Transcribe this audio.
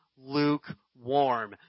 lukewarm